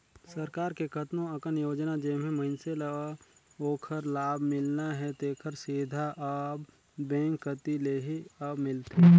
सरकार के कतनो अकन योजना जेम्हें मइनसे ल ओखर लाभ मिलना हे तेहर सीधा अब बेंक कति ले ही अब मिलथे